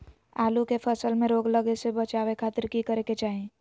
आलू के फसल में रोग लगे से बचावे खातिर की करे के चाही?